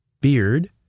beard